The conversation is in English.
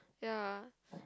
ya